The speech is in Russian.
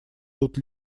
тут